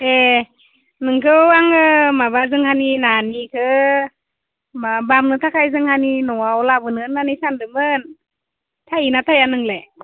ए नोंखौ आङो माबा जोंहानि नानिखो बामनो थाखाय जोंहानि न'आव लाबोनो होननानै सानदोंमोन थायोना थाया नोंलाय